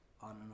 on